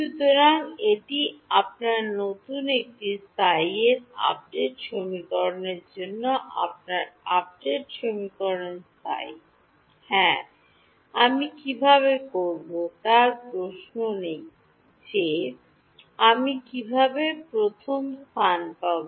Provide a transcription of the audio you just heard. সুতরাং এটি আপনার নতুন এটি Ψ এর আপডেট সমীকরণের জন্য আপনার আপডেট সমীকরণ Ψ হ্যাঁ আমি কীভাবে করব তার প্রশ্ন নেই যে আমি কীভাবে প্রথম স্থানে পাব